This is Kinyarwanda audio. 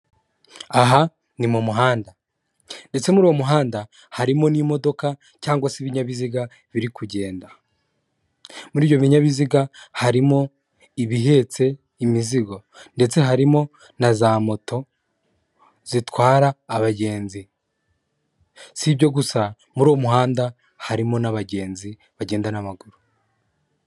Aha ni mu muhanda ndetse muri uwo muhanda harimo n'imodoka cyangwa se ibinyabiziga biri kugenda, muri ibyo binyabiziga harimo ibihetse imizigo ndetse harimo na za moto zitwara abagenzi, si ibyo gusa muri uwo muhanda harimo n'abagenzi bagenda n'amaguru.